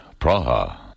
Praha